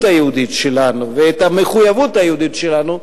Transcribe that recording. היהודית שלנו ואת המחויבות היהודית שלנו,